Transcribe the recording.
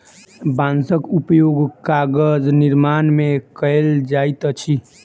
बांसक उपयोग कागज निर्माण में कयल जाइत अछि